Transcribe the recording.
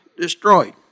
destroyed